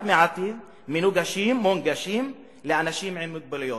רק מעטים מונגשים לאנשים עם מוגבלויות,